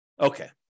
Okay